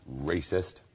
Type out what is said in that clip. Racist